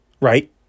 Right